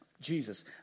Jesus